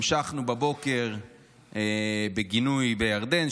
המשכנו בבוקר בגינוי בירדן,